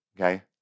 okay